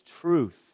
truth